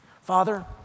Father